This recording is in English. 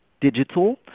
digital